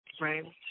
Right